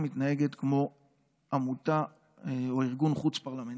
מתנהגת כמו עמותה או ארגון חוץ-פרלמנטרי.